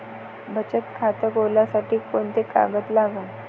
बचत खात खोलासाठी कोंते कागद लागन?